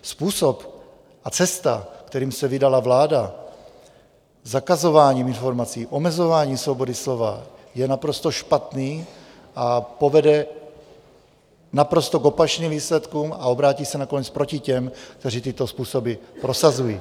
Způsob a cesta, kterými se vydala vláda, zakazování informací, omezování svobody slova, je naprosto špatné a povede k naprosto opačným výsledkům a obrátí se nakonec proti těm, kteří tyto způsoby prosazují.